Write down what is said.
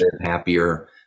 happier